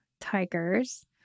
tigers